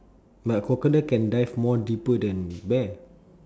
but a crocodile can dive more deeper than bear